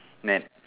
net